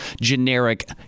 generic